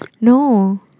No